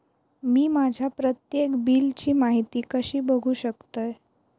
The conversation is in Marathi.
मी माझ्या प्रत्येक बिलची माहिती कशी बघू शकतय?